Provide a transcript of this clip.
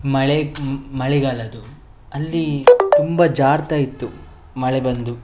ಮಳೆ ಮಳೆಗಾಲ ಅದು ಅಲ್ಲಿ ತುಂಬ ಜಾರ್ತಾ ಇತ್ತು ಮಳೆ ಬಂದು